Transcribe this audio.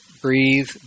breathe